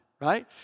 Right